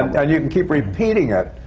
and you can keep repeating it,